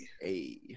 Hey